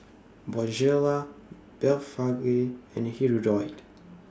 Bonjela Blephagel and Hirudoid